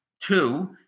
Two